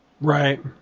Right